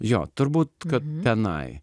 jo turbūt kad tenai